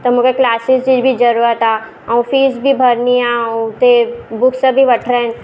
त मूंखे क्लासेस जी बि ज़रूरत आहे ऐं फीस बि भरणी आहे ऐं हुते बुक्स बि वठिणा आहिनि